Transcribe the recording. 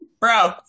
Bro